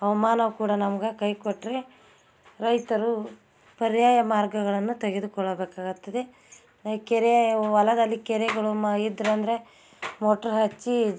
ಹವಮಾನ ಕೂಡ ನಮ್ಗೆ ಕೈ ಕೊಟ್ಟರೆ ರೈತರು ಪರ್ಯಾಯ ಮಾರ್ಗಗಳನ್ನು ತೆಗೆದುಕೊಳ್ಳಬೇಕಾಗತ್ತದೆ ಕೆರೆ ಹೊಲದಲ್ಲಿ ಕೆರೆಗಳು ಮಾ ಇದ್ರೆ ಅಂದರೆ ಮೋಟ್ರ್ ಹಚ್ಚಿ